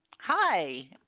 Hi